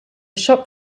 shop